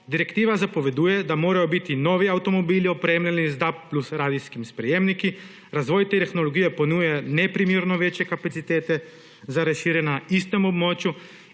Direktiva zapoveduje, da morajo biti novi avtomobili opremljeni z DAB+ radijskim sprejemniki. Razvoj tehnologije ponuja neprimerno večje kapacitete za razširjenje na istem območju